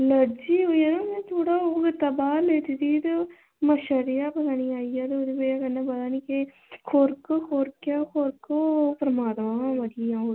allergy ते ओह् में थोह्ड़ा बाहर लेटी दी ही ते मच्छर जन आया ते ओह्दे बाद पता नी केह् खुरक खुरक मेरी बांह् हुट्टी गेई खुरकियै